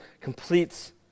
completes